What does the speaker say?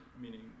meaning